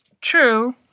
True